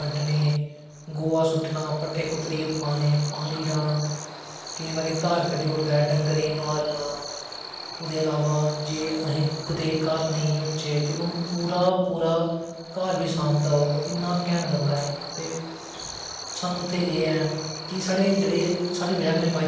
ओह् स्हानू बड़ूी चीजां दसदे हे बड़ी चीजां सिखांदे हे पेजे कन्नै चीजां आर्ट एंड कराफ्ट करना सिखांदे है ते अस बड़ा खुश होंदे उस टाइम ते अज तुस दिक्खो ते अज्ज आर्ट एंड कराफ्ट दे सब्जैक्ट बनी गेदे ना बच्चे स्कूले काॅलजे च आर्ट एंड कराफट दे जेहडे़ सब्जेक्ट पढ़ा दे ना